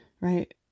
right